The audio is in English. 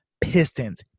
pistons